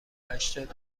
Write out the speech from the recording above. هشتاد